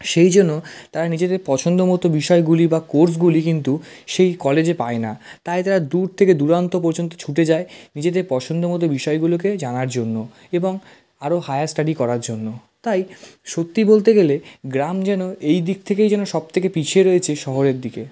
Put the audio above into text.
সেই জন্য তারা নিজেদের পছন্দ মতো বিষয়গুলি বা কোর্সগুলি কিন্তু সেই কলেজে পায় না তাই তারা দূর থেকে দূরান্ত পর্যন্ত ছুটে যায় নিজেদের পছন্দ মতো বিষয়গুলোকে জানার জন্য এবং আরও হায়ার স্টাডি করার জন্য তাই সত্যি বলতে গেলে গ্রাম যেন এই দিক থেকেই যেন সব থেকে পিছিয়ে রয়েছে শহরের থেকে